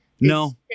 No